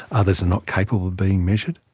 others are not capable of being measured.